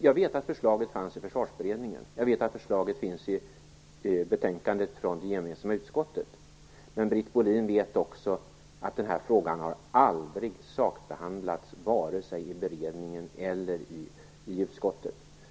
Jag vet att förslaget fanns i Försvarsberedningen, och jag vet att det finns i betänkandet från det gemensamma utskottet. Men Britt Bohlin vet också att den här frågan aldrig har sakbehandlats vare sig i beredningen eller i utskottet.